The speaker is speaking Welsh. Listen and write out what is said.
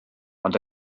ond